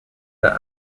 der